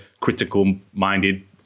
critical-minded